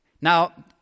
Now